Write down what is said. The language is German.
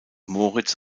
moritz